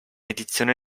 edizione